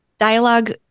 dialogue